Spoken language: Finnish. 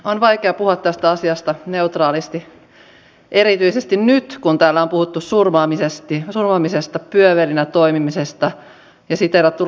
on vaikea puhua tästä asiasta neutraalisti erityisesti nyt kun täällä on puhuttu surmaamisesta pyövelinä toimimisesta ja siteerattu raamatun lauseita